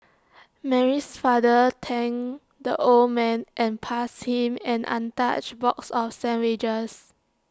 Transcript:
Mary's father thanked the old man and passed him an untouched box of sandwiches